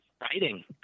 Writing